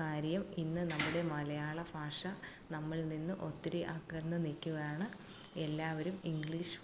കാര്യം ഇന്ന് നമ്മുടെ മലയാളഭാഷ നമ്മളിൽ നിന്ന് ഒത്തിരി അകന്ന് നില്ക്കുകയാണ് എല്ലാവരും ഇംഗ്ലീഷ്